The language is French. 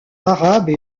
arabe